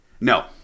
No